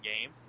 game